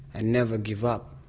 and never give up,